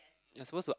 you're supposed to